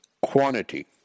quantity